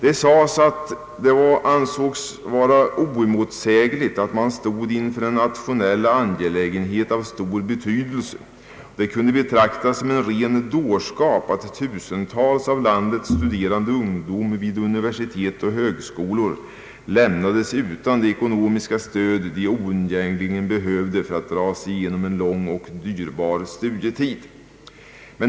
»Det ansågs vara oemotsägligt att man stod inför en nationell angelägenhet av stor betydelse, och det kunde betraktas som en ren dårskap att tusentals av landets studerande ungdom vid universitet och högskolor lämnades utan det ekonomiska stöd de oundgängiigen behövde för att dra sig igenom en lång och dyrbar studietid.